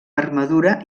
armadura